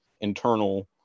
internal